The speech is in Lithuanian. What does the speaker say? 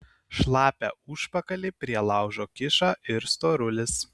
šlapią užpakalį prie laužo kiša ir storulis